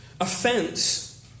offense